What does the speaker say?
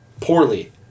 poorly